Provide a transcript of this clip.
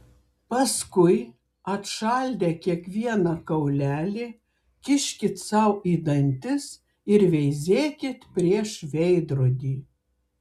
paskui atšaldę kiekvieną kaulelį kiškit sau į dantis ir veizėkit prieš veidrodį